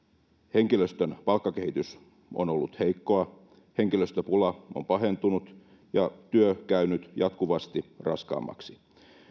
henkilöstön palkkakehitys on ollut heikkoa henkilöstöpula on pahentunut ja työ käynyt jatkuvasti raskaammaksi